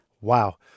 Wow